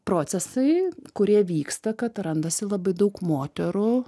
procesai kurie vyksta kad randasi labai daug moterų